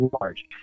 large